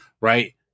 Right